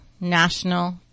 national